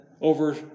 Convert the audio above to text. over